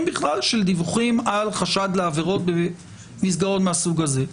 בכלל של דיווחים על חשד לעבירות במסגרות מהסוג הזה?